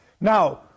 Now